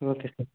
okay sir